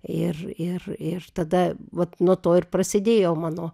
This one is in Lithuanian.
ir ir ir tada vat nuo to ir prasidėjo mano